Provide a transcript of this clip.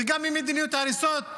וגם ממדיניות ההריסות בנגב,